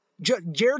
Jared